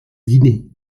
dîner